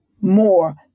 more